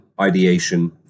ideation